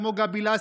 כמו גבי לסקי,